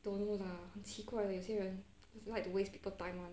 don't know lah 很奇怪的有些人 just like to waste people time [one]